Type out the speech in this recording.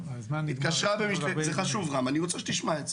זה חשוב, אני רוצה שתשמע את זה.